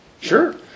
Sure